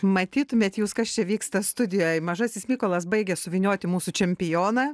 matytumėt jūs kas čia vyksta studijoj mažasis mykolas baigia suvynioti mūsų čempioną